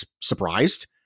surprised